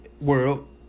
World